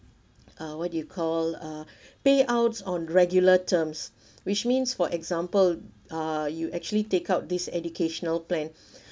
uh what do you call uh payouts on regular terms which means for example uh you actually take out this educational plan